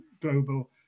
global